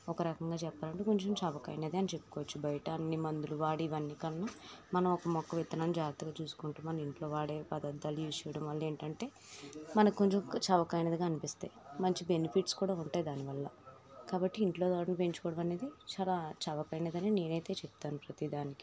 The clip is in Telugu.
ఒకరకంగా చెప్పాలంటే కొంచెం చవకైనదే అని చెప్పుకొచ్చు బయట అన్నీ మందులు వాడి ఇవన్నీ కన్నా మనం ఒక మొక్క విత్తనం జాగ్రత్తగా చూసుకుంటే మన ఇంట్లో వాడే పదర్దాలు యూజ్ చేయడంవల్ల ఏంటంటే మనక్కొంచెం చవకైనదిగా అనిపిస్తాయి మంచి బెనిఫిట్స్ కూడా ఉంటాయి దానివల్ల కాబట్టి ఇంట్లో తోటని పెంచుకోవడం అనేది చాలా చవకైనది అని నేనైతే చెప్తాను ప్రతీదానికి